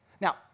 Now